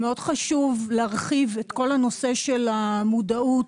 מאוד חשוב להרחיב את כל הנושא של המודעות,